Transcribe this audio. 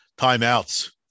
timeouts